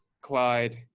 Clyde